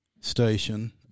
station